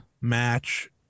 match